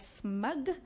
smug